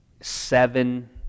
seven